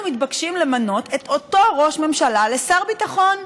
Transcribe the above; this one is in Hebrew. אנחנו מתבקשים למנות את אותו ראש ממשלה לשר ביטחון.